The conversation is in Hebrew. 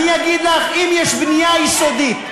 אני אגיד לך: אם יש בנייה, היא סודית.